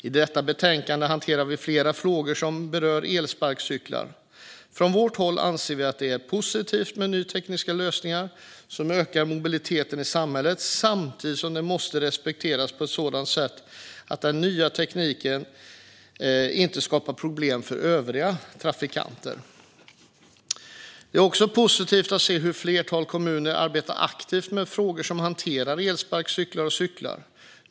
I detta betänkande hanterar vi flera frågor som berör elsparkcyklar. Från vårt håll anser vi att det är positivt med nya tekniska lösningar som ökar mobiliteten i samhället, samtidigt som det måste regleras på ett sådant sätt att den nya tekniken inte skapar problem för övriga trafikanter. Det är också positivt att se hur ett flertal kommuner arbetar aktivt med frågor som gäller elsparkcyklar och cyklar.